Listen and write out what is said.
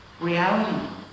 reality